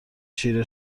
چیره